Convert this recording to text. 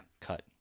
cut